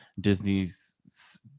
Disney's